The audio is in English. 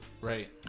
Right